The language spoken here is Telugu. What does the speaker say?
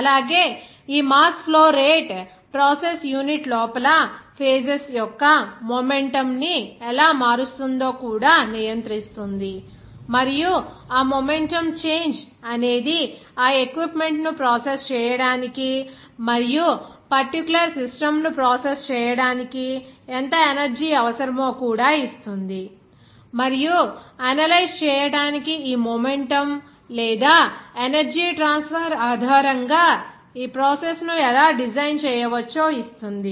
అలాగే ఈ mass flow rate process unit లోపల ఫేజెస్ యొక్క మొమెంటుమ్ ని ఎలా మారుస్తుందో కూడా నియంత్రిస్తుంది మరియు ఆ మొమెంటుమ్ చేంజ్ అనేది ఆ ఎక్విప్మెంట్ ను ప్రాసెస్ చేయడానికి మరియు పర్టిక్యూలర్ సిస్టమ్ ను ప్రాసెస్ చేయడానికి ఎంత ఎనర్జీ అవసరమో కూడా ఇస్తుంది మరియు అనలైజ్ చేయడానికి ఈ మొమెంటం లేదా ఎనర్జీ ట్రాన్స్ఫర్ ఆధారంగా ఈ ప్రాసెస్ ను ఎలా డిజైన్ చేయవచ్చో ఇస్తుంది